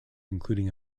including